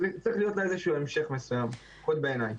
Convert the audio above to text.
צריך להיות לה איזשהו המשך מסוים, לפחות בעיניי.